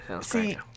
See